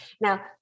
Now